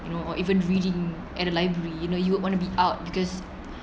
you know or even reading at the library you know you'd want to be out because